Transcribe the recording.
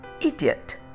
Idiot